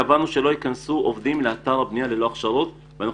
קבענו שלא ייכנסו עובדים לאתר הבנייה ללא הכשרות ואנחנו